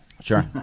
Sure